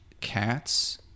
Cats